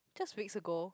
just weeks ago